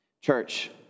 Church